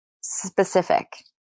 specific